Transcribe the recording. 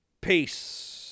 Peace